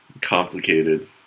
Complicated